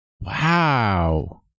Wow